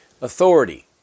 authority